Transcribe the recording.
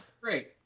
Great